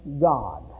God